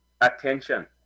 attention